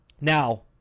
Now